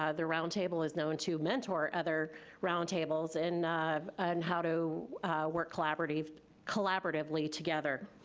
ah the roundtable is known to mentor other roundtables in and how to work collaboratively collaboratively together.